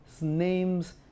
name's